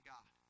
God